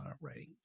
writing